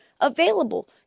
available